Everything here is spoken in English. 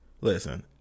Listen